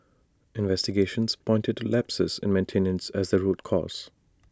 investigations pointed to lapses in maintenance as the root cause